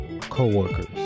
co-workers